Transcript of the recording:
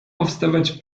powstawać